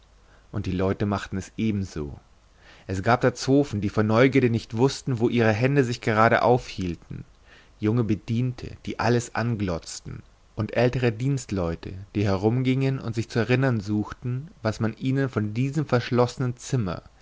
und die leute machten es ebenso es gab da zofen die vor neugierde nicht wußten wo ihre hände sich gerade aufhielten junge bediente die alles anglotzten und ältere dienstleute die herumgingen und sich zu erinnern suchten was man ihnen von diesem verschlossenen zimmer